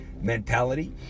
mentality